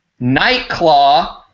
Nightclaw